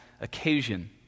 occasion